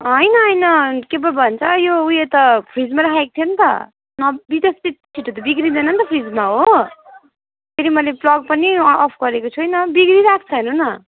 होइन होइन के पो भन्छ यो ऊ यो त फ्रिजमा राखेको थियो नि त छिटो बिग्रिँदैन नि त फ्रिजमा हो फेरि मैले प्लग पनि अफ गरेको छैन बिग्रिरहेको छ हेर्नु न